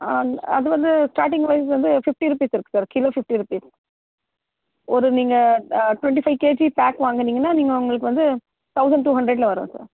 ஆம் அது வந்து ஸ்டார்ட்டிங் வைஸ் வந்து ஃபிஃப்டி ருபீஸ் இருக்கு சார் கிலோ ஃபிஃப்டி ருபீஸ் ஒரு நீங்கள் டுவென்ட்டி ஃபைவ் கேஜி பேக் வாங்குனிங்கன்னா நீங்கள் உங்களுக்கு வந்து தௌசண்ட் டூ ஹன்ரட்டில் வரும் சார்